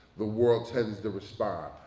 the world tends to respond.